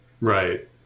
Right